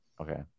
Okay